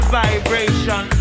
vibration